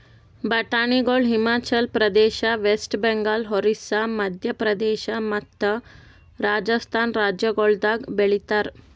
ಬಟಾಣಿಗೊಳ್ Himachal Pradesh, West Bengal, Orissa, Madhya Pradesh ಮತ್ತ ರಾಜಸ್ಥಾನ್ ರಾಜ್ಯಗೊಳ್ದಾಗ್ ಬೆಳಿತಾರ್